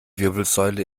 wirbelsäule